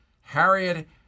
Harriet